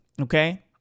Okay